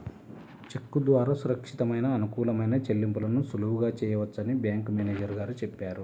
చెక్కు ద్వారా సురక్షితమైన, అనుకూలమైన చెల్లింపులను సులువుగా చేయవచ్చని బ్యాంకు మేనేజరు గారు చెప్పారు